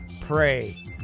pray